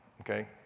okay